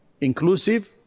inclusive